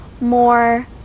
more